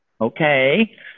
okay